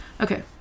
Okay